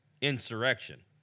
insurrection